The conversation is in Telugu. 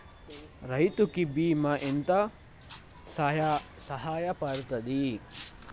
రైతు కి బీమా ఎంత సాయపడ్తది?